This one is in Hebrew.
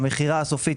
המכירה הסופית,